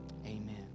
Amen